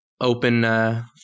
open